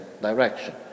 direction